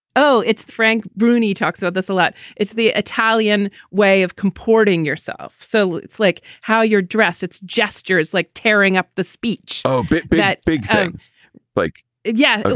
oh, it's frank bruni talks about this a lot. it's the italian way of comporting yourself. so it's like how you're dressed. it's gestur it's like tearing up the speech so big that big things like it. yeah.